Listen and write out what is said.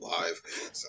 live